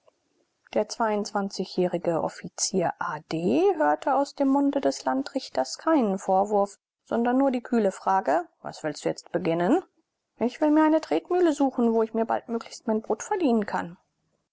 der zweiundzwanzigjährige offizier a d hörte aus dem munde des landrichters keinen vorwurf sondern nur die kühle frage was willst du jetzt beginnen ich will mir eine tretmühle suchen wo ich mir baldmöglichst mein brot verdienen kann